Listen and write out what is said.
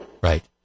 Right